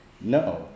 No